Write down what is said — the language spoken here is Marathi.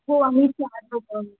हो आम्ही चार लोक